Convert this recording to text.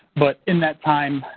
but in that time,